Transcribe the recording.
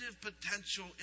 potential